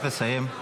צריך לסיים.